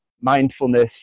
mindfulness